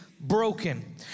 broken